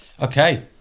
okay